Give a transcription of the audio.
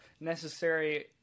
necessary